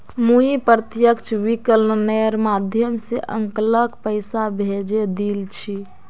मुई प्रत्यक्ष विकलनेर माध्यम स अंकलक पैसा भेजे दिल छि